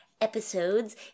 episodes